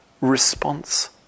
response